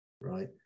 right